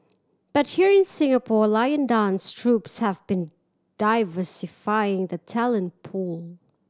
but here in Singapore lion dance troupes have been diversifying the talent pool